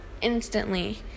instantly